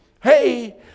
hey